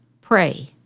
pray